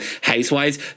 Housewives